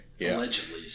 Allegedly